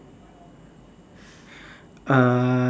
uh